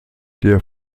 der